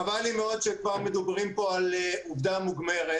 חבל לי מאוד שכבר מדברים פה על עובדה מוגמרת